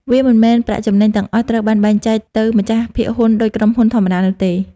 វាមិនមែនប្រាក់ចំណេញទាំងអស់ត្រូវបានចែកចាយទៅម្ចាស់ភាគហ៊ុនដូចក្រុមហ៊ុនធម្មតានោះទេ។